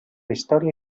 història